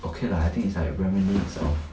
okay lah I think it's reminisce